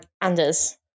Anders